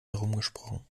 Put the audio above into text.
herumgesprochen